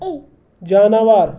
جاناوار